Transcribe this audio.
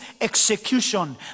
execution